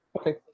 Okay